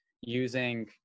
using